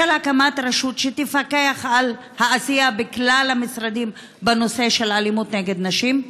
של הקמת רשות שתפקח על העשייה בכלל המשרדים בנושא של אלימות נגד נשים?